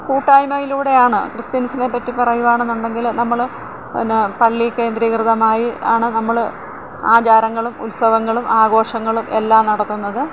കൂട്ടായ്മയിലൂടെയാണ് ക്രിസ്ത്യന്സിനെപ്പറ്റി പറയുകയാണ് എന്നുണ്ടെങ്കിൽ നമ്മൾ എന്നാ പള്ളി കേന്ദ്രീകൃതമായി ആണ് നമ്മൾ ആചാരങ്ങളും ഉത്സവങ്ങളും ആഘോഷങ്ങളും എല്ലാം നടത്തുന്നത്